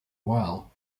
while